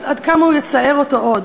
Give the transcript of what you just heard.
עד כמה הוא יצער אותו עוד?